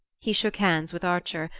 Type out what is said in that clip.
he shook hands with archer,